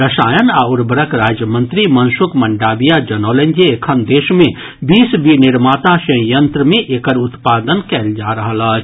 रसायन आ उर्वरक राज्य मंत्री मनसुक मंडाविया जनौलनि जे एखन देश मे बीस विंनिर्माता संयंत्र मे एकर उत्पादन कयल जा रहल अछि